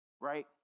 Right